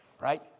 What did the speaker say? right